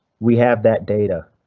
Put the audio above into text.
we have that data.